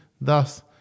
thus